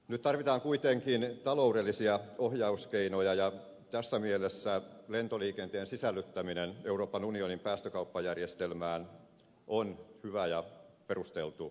nyt tarvitaan kuitenkin taloudellisia ohjauskeinoja ja tässä mielessä lentoliikenteen sisällyttäminen euroopan unionin päästökauppajärjestelmään on hyvä ja perusteltu keino